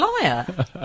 liar